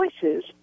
choices